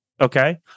Okay